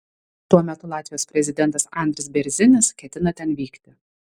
tuo metu latvijos prezidentas andris bėrzinis ketina ten vykti